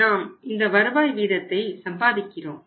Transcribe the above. நாம் இந்த வருவாய் வீதத்தை சம்பாதிக்கிறோம்